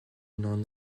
n’en